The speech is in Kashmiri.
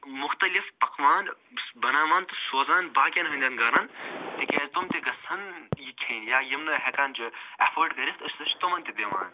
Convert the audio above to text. مُختلِف پَکوان بناوان تہٕ سوزان باقِیَن ہنٛدیٚن گھرَن تِکیٛازِ تِم تہِ گژھَن یہِ کھیٚنۍ یا یِم نہٕ ہیٚکان چھِ ایٚفٲرڈ کٔرِتھ أسۍ ہسا چھِ تِمَن تہِ دِوان